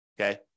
okay